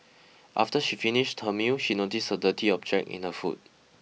after she finished her meal she noticed a dirty object in her food